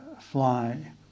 fly